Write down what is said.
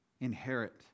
inherit